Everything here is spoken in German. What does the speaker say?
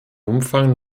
umfang